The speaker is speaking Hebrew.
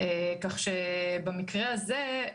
במקרה הזה,